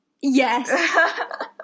Yes